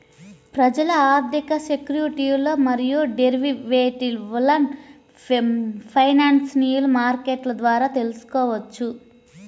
ప్రజలు ఆర్థిక సెక్యూరిటీలు మరియు డెరివేటివ్లను ఫైనాన్షియల్ మార్కెట్ల ద్వారా తెల్సుకోవచ్చు